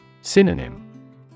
Synonym